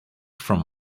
from